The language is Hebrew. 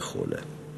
וכו'.